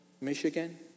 Michigan